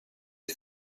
est